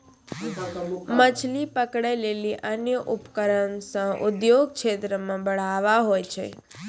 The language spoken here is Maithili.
मछली पकड़ै लेली अन्य उपकरण से उद्योग क्षेत्र मे बढ़ावा हुवै छै